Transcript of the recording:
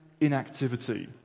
inactivity